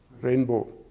rainbow